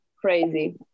crazy